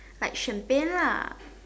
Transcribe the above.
like champagne lah